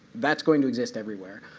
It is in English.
that's going to exist everywhere.